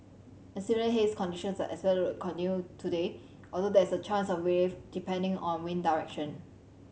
and similar haze conditions are expected to today although there is a chance of relief depending on wind direction